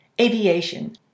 Aviation